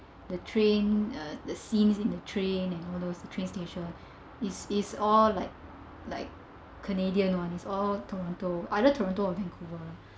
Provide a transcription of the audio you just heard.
the train uh the scenes in the train and all those the train station it's it's all like like canadian ones toronto either toronto or vancouver